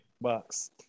Box